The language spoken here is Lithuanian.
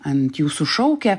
ant jūsų šaukė